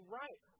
right